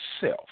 self